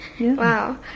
Wow